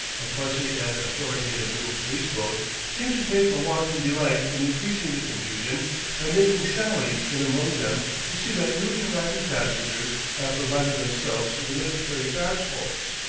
a fussy and authoritative little police boat seems to take a wanton delight in increasing the confusion by making sallies in among them to see that newly arriving passengers have provided themselves with the necessary passports,